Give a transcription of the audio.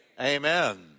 Amen